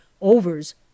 overs